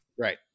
Right